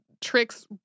tricks